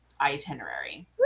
itinerary